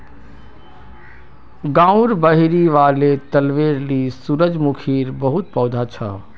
गांउर बहिरी वाले तलबेर ली सूरजमुखीर बहुत पौधा छ